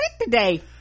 today